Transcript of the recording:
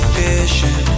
vision